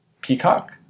peacock